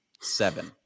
Seven